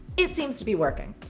it seems to be working.